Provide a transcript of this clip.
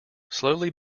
slowly